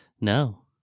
No